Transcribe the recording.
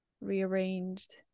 rearranged